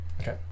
Okay